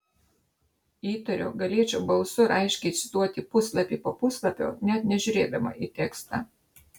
įtariu galėčiau balsu raiškiai cituoti puslapį po puslapio net nežiūrėdama į tekstą